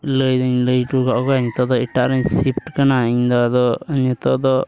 ᱞᱟᱹᱭ ᱫᱚᱧ ᱞᱟᱹᱭ ᱦᱚᱴᱚ ᱠᱟᱜ ᱠᱚᱜᱮᱭᱟ ᱱᱤᱛᱚᱜ ᱫᱚ ᱮᱴᱟᱜ ᱨᱮᱧ ᱥᱤᱯᱷᱴ ᱠᱟᱱᱟ ᱤᱧ ᱫᱚ ᱟᱫᱚ ᱱᱤᱛᱚᱜ ᱫᱚ